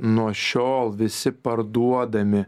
nuo šiol visi parduodami